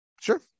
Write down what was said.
Sure